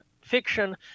fiction